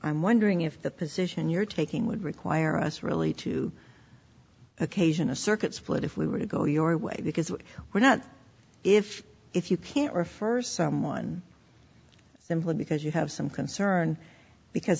i'm wondering if the position you're taking would require us really to occasion a circuit split if we were to go your way because we're not if if you can't refer someone simply because you have some concern because